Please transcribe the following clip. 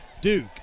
Duke